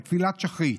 בתפילת שחרית.